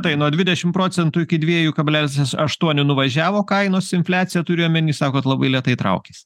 tai nuo dvidešimt procentų iki dviejų kablelis aštuonių nuvažiavo kainos infliacija turi omeny sakot labai lėtai traukiasi